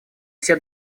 все